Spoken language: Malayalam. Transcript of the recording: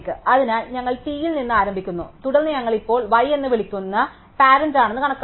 അതിനാൽ ഞങ്ങൾ t യിൽ നിന്ന് ആരംഭിക്കുന്നു തുടർന്ന് ഞങ്ങൾ ഇപ്പോൾ y എന്ന് വിളിക്കുന്ന പരേന്റാണെന്ന് കണക്കാക്കുന്നു